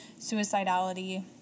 suicidality